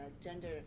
gender